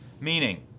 Meaning